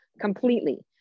completely